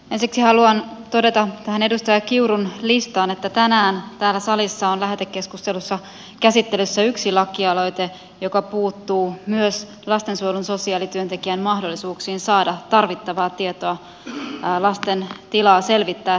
ensiksi haluan todeta tähän edustaja kiurun listaan että tänään täällä salissa on lähetekeskustelussa käsittelyssä yksi lakialoite joka puuttuu myös lastensuojelun sosiaalityöntekijän mahdollisuuksiin saada tarvittavaa tietoa lasten tilaa selvitettäessä